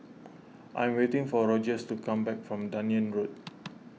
I am waiting for Rogers to come back from Dunearn Road